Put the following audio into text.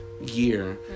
year